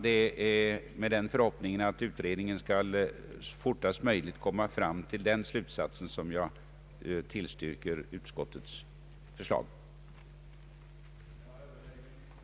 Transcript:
Det är med förhoppning att utredningen snarast möjligt skall komma fram till den slutsatsen som jag tillstyrker utskottets förslag. att Kungl. Maj:t snarast måtte vidtaga åtgärder för att anpassningen av akademisk arbetskraft till rådande arbetsmarknadsläge skulle kunna underlättas, samt